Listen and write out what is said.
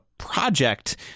project